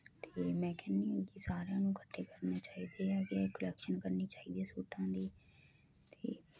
ਤੇ ਮੈਂ ਕਹਿੰਨੀ ਆ ਕੀ ਸਾਰਿਆਂ ਨੂੰ ਇਕੱਠੇ ਕਰਨੇ ਚਾਹੀਦੇ ਹੈਗੇ ਕਲੈਕਸ਼ਨ ਕਰਨੀ ਚਾਹੀਦੀ ਐ ਸੂਟਾਂ ਦੀ ਤੇ